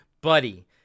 Buddy